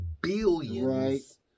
billions